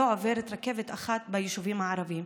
לא עוברת רכבת אחת ביישובים הערביים.